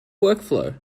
workflow